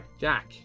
Jack